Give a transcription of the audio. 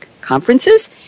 conferences